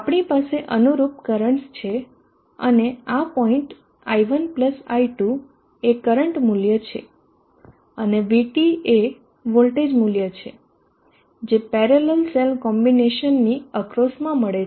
આપણી પાસે અનુરૂપ કરંટસ છે અને આ પોઈન્ટ i1 i2 એ કરંટ મૂલ્ય છે અને VT એ વોલ્ટેજ મૂલ્ય છે જે પેરેલલ સેલ કોમ્બિનેશનની અક્રોસમાં મળે છે